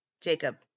Jacob